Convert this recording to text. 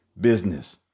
business